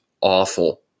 awful